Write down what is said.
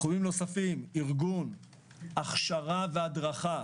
תחומים נוספים הם ארגון, הכשרה והדרכה.